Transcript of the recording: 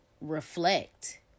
reflect